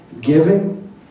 giving